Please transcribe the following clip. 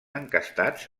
encastats